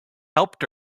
helped